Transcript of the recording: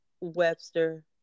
Webster